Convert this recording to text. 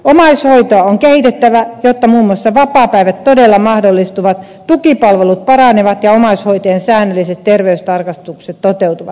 omaishoitoa on kehitettävä jotta muun muassa vapaapäivät todella mahdollistuvat tukipalvelut paranevat ja omaishoitajien säännölliset terveystarkastukset toteutuvat